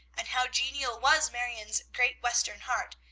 and how genial was marion's great western heart,